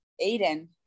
Aiden